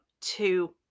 two